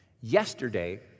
Yesterday